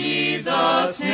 Jesus